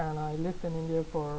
and I lived in india for